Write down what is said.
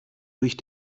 durch